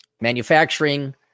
manufacturing